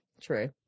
true